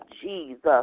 Jesus